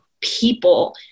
people